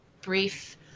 brief